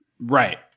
right